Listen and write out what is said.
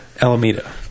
Alameda